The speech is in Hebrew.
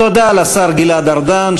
תודה לשר גלעד ארדן,